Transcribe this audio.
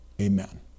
Amen